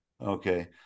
Okay